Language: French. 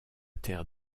terre